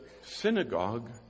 synagogue